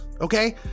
Okay